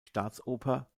staatsoper